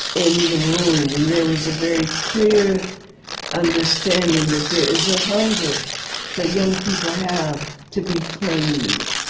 in the room, and there was a very clear understanding that there is a hunger that young people have, to be claimed,